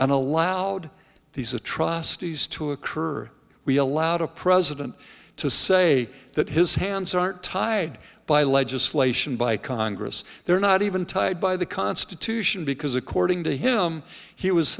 and allowed these atrocities to occur we allowed a president to say that his hands are tied by legislation by congress they're not even tied by the constitution because according to him he was